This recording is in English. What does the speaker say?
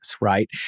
right